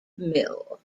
mill